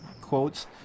quotes